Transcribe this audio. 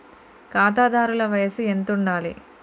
ఖాతాదారుల వయసు ఎంతుండాలి?